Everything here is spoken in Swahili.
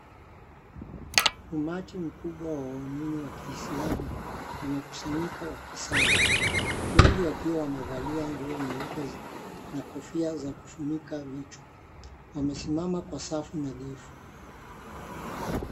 Umati mkubwa wa waumini wa kiislamu wamekusanyika wakisali, wengi wakiwa wamevalia nguo nyeupe na kofia za kufunika vichwa. Wamesimama kwa safu nadhifu.